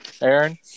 Aaron